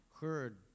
heard